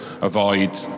avoid